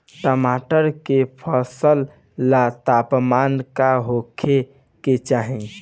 टमाटर के फसल ला तापमान का होखे के चाही?